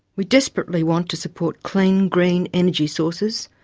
we desperately want to support clean, green energy sources,